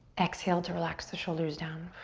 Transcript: exhale to relax the shoulders down.